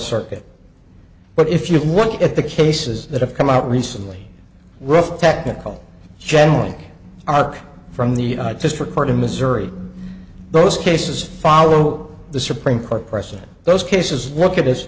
circuit but if you look at the cases that have come out recently rough technical generally arc from the district court in missouri those cases follow the supreme court precedent those cases look at this